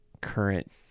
current